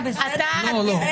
בסדר?